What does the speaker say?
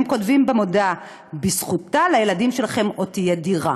הם כותבים במודעה: בזכותה לילדים שלכם עוד תהיה דירה.